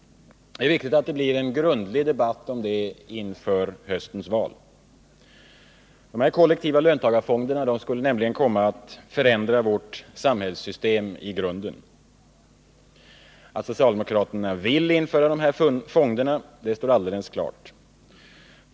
Det är viktigt att det blir en grundlig debatt om detta inför höstens val. De kollektiva löntagarfonderna skulle nämligen komma att förändra vårt samhällssystem i grunden. Att socialdemokraterna vill införa dessa fonder står alldeles klart.